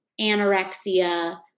anorexia